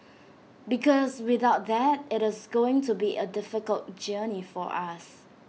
because without that IT is going to be A difficult journey for us